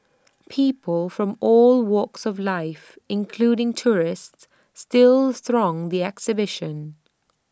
people from all walks of life including tourists still throng the exhibition